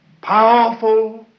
powerful